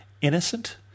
innocent